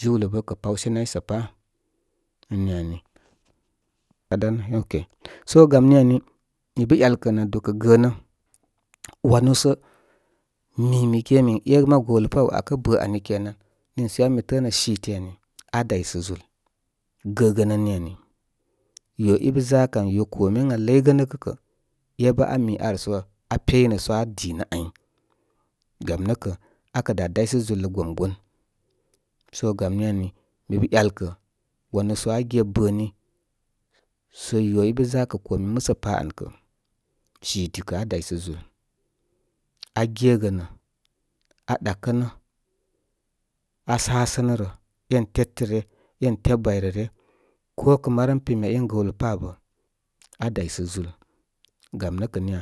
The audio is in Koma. Jiwlə bə kə paw she nay sə pá ən ni ani so gam ni ani mi pə ‘yalkə nə dúkə gəənə. Wanu so mi mi ge min é mabu gəw lə paw bə akə bə ani kenan. Niisə yabə mi təənə site ani. Adaysə zúl gəgən ən niŋ ani. Yo ibə za kə án yo kome ən aa ləy gənə kə ébə an mi ar so aa peynə so aa dinə áy. Gam nə kə akə daysə zúl lə gomgon. Sə ga ni ani, mi bə ‘yalkə, wanu sə agə bə ni sə yo i bə zakə kome musə pa an kə'a siti kə aa daysə zúl, agegənə, ɗakənə, asasənə rə én tétə ryə, én tew bayrə ryə. Ko kə marəm pim ya én gawlə pá abə, aa daysə zúl. Gam nə kə niya?